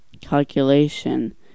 calculation